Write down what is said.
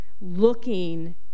looking